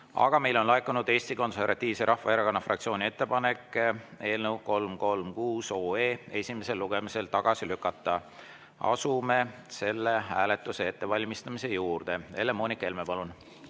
Aga meile on laekunud Eesti Konservatiivse Rahvaerakonna fraktsiooni ettepanek eelnõu 336 esimesel lugemisel tagasi lükata. Asume selle hääletuse ettevalmistamise juurde. Helle-Moonika Helme, palun!